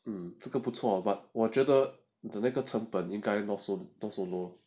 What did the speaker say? mmhmm 这个不错 but 我觉得 the 成本应该 not so not so low